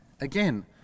Again